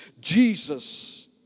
Jesus